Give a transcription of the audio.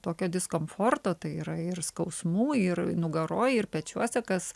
tokio diskomforto tai yra ir skausmų ir nugaroj ir pečiuose kas